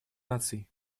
наций